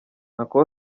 uncle